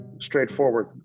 straightforward